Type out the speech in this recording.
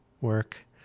work